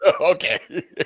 okay